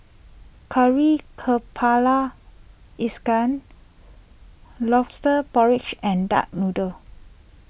Kari Kepala Ikan Lobster Porridge and Duck Noodle